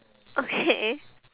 okay